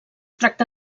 tracta